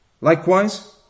Likewise